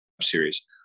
series